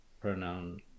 pronoun